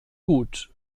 gut